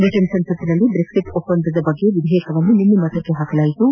Britain ಸಂಸತ್ನಲ್ಲಿ Brexit ಒಪ್ಪಂದ ಕುರಿತಾದ ವಿಧೇಯಕವನ್ನು ನಿನ್ನೆ ಮತಕ್ಕೆ ಹಾಕಲಾಯಿತು